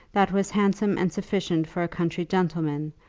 that was handsome and sufficient for a country gentleman,